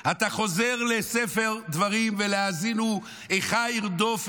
אתה חוזר לספר דברים ולהאזינו: "איכה ירדף אחד